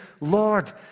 Lord